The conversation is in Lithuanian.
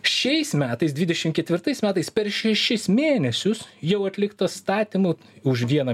šiais metais dvidešim ketvirtais metais per šešis mėnesius jau atlikta statymų už vieną